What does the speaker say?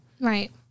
Right